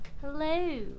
hello